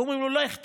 אומרים לו: לך,